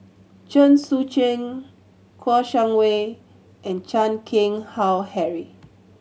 Chen Sucheng Kouo Shang Wei and Chan Keng Howe Harry